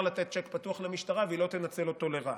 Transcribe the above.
לתת צ'ק פתוח למשטרה והיא לא תנצל אותו לרעה.